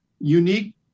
unique